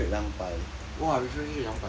!wah! refresh rate 两百